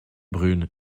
brunes